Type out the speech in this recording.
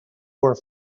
were